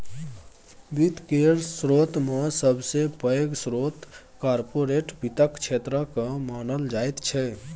वित्त केर स्रोतमे सबसे पैघ स्रोत कार्पोरेट वित्तक क्षेत्रकेँ मानल जाइत छै